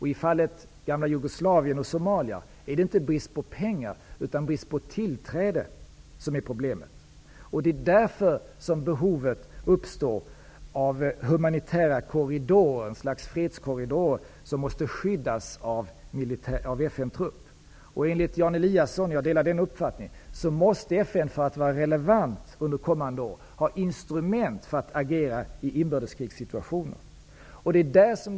I fallet f.d. Jugoslavien och Somalia är det inte brist på pengar utan brist på tillträde som är problemet. Det är därför som behovet uppstår av en humanitär korridor, ett slags fredskorridor, som måste skyddas av FN-trupp. Enligt Jan Eliasson måste FN för att vara relevant under kommande år ha instrument för att agera i inbördeskrigssituationer -- och jag delar den uppfattningen.